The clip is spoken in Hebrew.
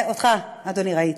אותך, אדוני, ראיתי,